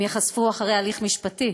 הם ייחשפו אחרי הליך משפטי.